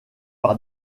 par